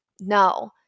No